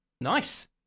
Nice